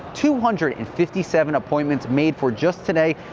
two hundred and fifty seven appointments made for just today.